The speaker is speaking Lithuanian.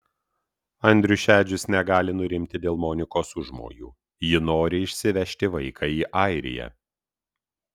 andrius šedžius negali nurimti dėl monikos užmojų ji nori išsivežti vaiką į airiją